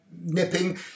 nipping